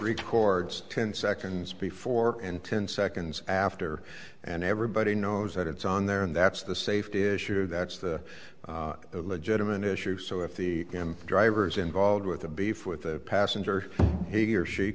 records ten seconds before and ten seconds after and everybody knows that it's on there and that's the safety issue that's the legitimate issue so if the drivers involved with a beef with the passenger he or she